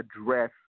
address